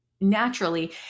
naturally